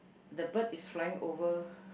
the bird is flying over